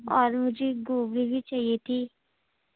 اور مجھے گوبھی بھی چاہیے تھی